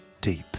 deep